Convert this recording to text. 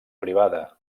privada